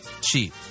cheap